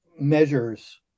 measures